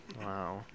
Wow